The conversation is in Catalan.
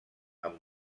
amb